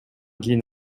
кийин